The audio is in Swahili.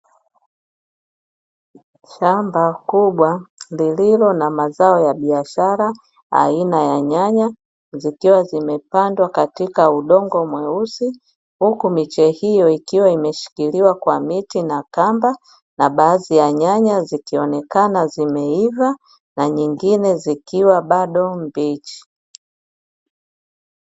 Shamba kubwa lililo na mazao ya biashara aina ya nyanya, zikiwa zimepandwa katika udongo mweusi huku miche hiyo ikiwa imeshikiliwa kwa miti na kamba, na baadhi ya nyanya zikionekana zimeiva na nyingine zikiwa mbichi.